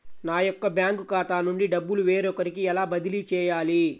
నా యొక్క బ్యాంకు ఖాతా నుండి డబ్బు వేరొకరికి ఎలా బదిలీ చేయాలి?